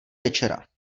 večera